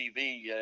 tv